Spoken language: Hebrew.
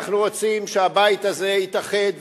אנחנו רוצים שהבית הזה יתאחד,